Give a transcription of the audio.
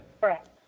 Correct